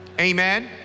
Amen